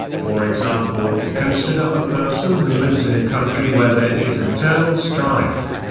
for example, consider a person who lives in a country where there is internal strife.